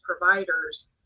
providers